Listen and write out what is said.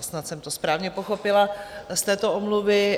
Snad jsem to správně pochopila z této omluvy.